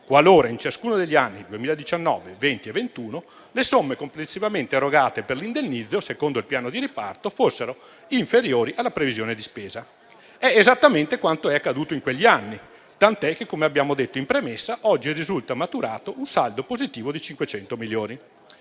qualora in ciascuno degli anni 2019, 2020 e 2021 le somme complessivamente erogate per l'indennizzo secondo il piano di riparto fossero inferiori alla previsione di spesa. È esattamente quanto è accaduto in quegli anni, tant'è che - come abbiamo detto in premessa - oggi risulta maturato un saldo positivo di 500 milioni.